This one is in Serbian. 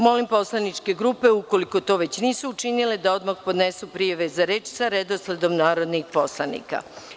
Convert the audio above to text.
Molim poslaničke grupe ukoliko to već nisu učinile da odmah podnesu prijave za reč sa redosledom narodnih poslanika.